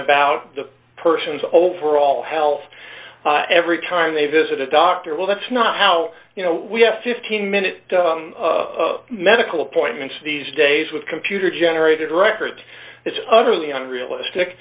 about the person's overall health every time they visit a doctor well that's not how you know we have fifteen minutes of medical appointments these days with computer generated records it's utterly on realistic